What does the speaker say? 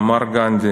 אמר גנדי